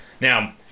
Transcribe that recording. now